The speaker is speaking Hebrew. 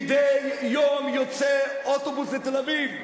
מדי יום יוצא אוטובוס לתל-אביב,